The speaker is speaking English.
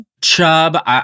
chub